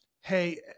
hey